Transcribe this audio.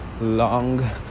long